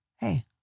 Hey